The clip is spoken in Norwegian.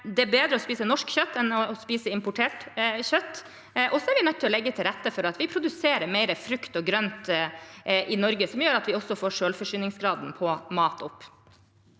Det er bedre å spise norsk kjøtt enn å spise importert kjøtt. Vi er også nødt til å legge til rette for at vi produserer mer frukt og grønt i Norge, noe som også gjør at vi får selvforsyningsgraden på mat opp.